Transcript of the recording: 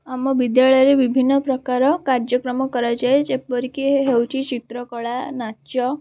ଆମ ବିଦ୍ୟାଳୟରେ ବିଭିନ୍ନପ୍ରକାର କାର୍ଯ୍ୟକ୍ରମ କରାଯାଏ ଯେପରିକି ହେଉଛି ଚିତ୍ରକଳା ନାଚ